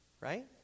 right